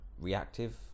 reactive